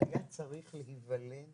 היה צריך להיוולד